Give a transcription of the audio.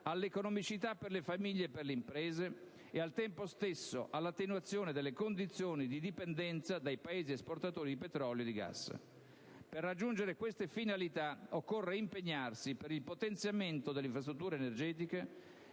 all'economicità per le famiglie e per le imprese e, al tempo stesso, all'attenuazione delle condizioni di dipendenza dai Paesi esportatori di petrolio e gas. Per raggiungere queste finalità occorre impegnarsi per il potenziamento delle infrastrutture energetiche,